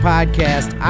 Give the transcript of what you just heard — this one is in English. Podcast